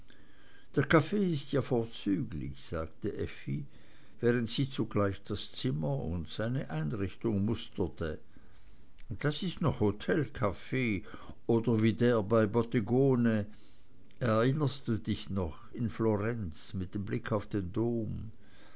der kaffee ist ja vorzüglich sagte effi während sie zugleich das zimmer und seine einrichtung musterte das ist noch hotelkaffee oder wie der bei bottegone erinnerst du dich noch in florenz mit dem blick auf den dom